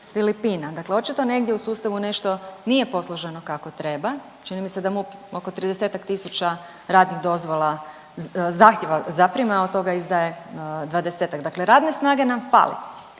sa Filipina. Dakle, očito negdje u sustavu nešto nije posloženo kako treba. Čini mi se da MUP oko 30-tak tisuća radnih dozvola zahtijeva, zaprima. Od toga izdaje 20-tak. Dakle, radne snage nam fali.